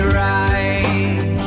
right